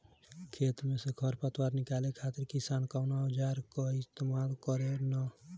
खेत में से खर पतवार निकाले खातिर किसान कउना औजार क इस्तेमाल करे न?